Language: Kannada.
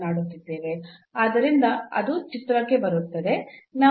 ಆದ್ದರಿಂದ ಅದು ಚಿತ್ರಕ್ಕೆ ಬರುತ್ತದೆ